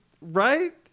right